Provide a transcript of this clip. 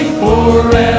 forever